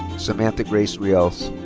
sammantha grace rials.